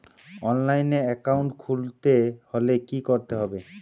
অনলাইনে একাউন্ট খুলতে হলে কি করতে হবে?